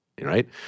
right